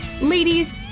Ladies